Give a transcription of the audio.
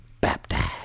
baptized